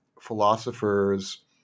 philosophers